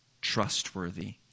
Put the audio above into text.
trustworthy